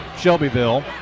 Shelbyville